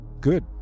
good